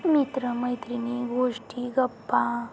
मित्र मैत्रिणी गोष्टी गप्पा